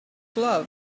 love